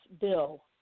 bill